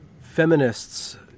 feminists